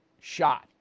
shot